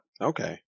Okay